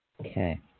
Okay